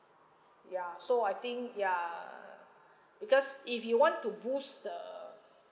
ya so I think ya because if you want to boost the